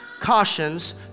cautions